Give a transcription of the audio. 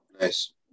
Nice